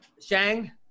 Shang